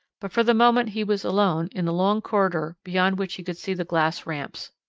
but for the moment he was alone in the long corridor beyond which he could see the glass ramps.